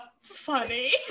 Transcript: funny